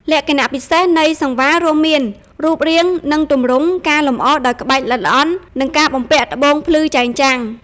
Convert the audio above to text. លក្ខណៈពិសេសនៃសង្វាររួមមាន រូបរាង និងទម្រង់ ការលម្អដោយក្បាច់ល្អិតល្អន់ និងការបំពាក់ត្បូងភ្លឺចែងចាំង។